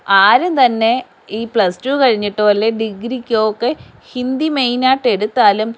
ആരുംതന്നെ ഈ plus two കഴിഞ്ഞിട്ടോ അല്ലെങ്കിൽ ഡിഗ്രിക്കോ ഒക്കെ ഹിന്ദി മേയ്ൻ ആയിട്ട് എടുത്താലും